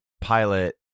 pilot